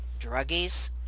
druggies